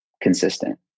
consistent